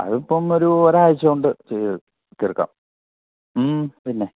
അതിപ്പം ഒരു ഒരാഴ്ച കൊണ്ട് ചെയ്ത് തീർക്കാം മ്മ് പിന്നെ